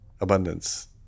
abundance